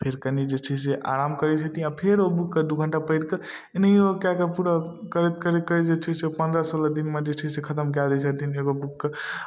फेर कनी जे छै से आराम करै छथिन आओर फेर ओ बुकके दू घण्टा पढ़िकऽ एनहियें ओ कए कऽ पूरा करैत करैत करैत जे छै से पन्द्रह सोलह दिनमे जे छै से खतम कए दै छथिन एगो बुकके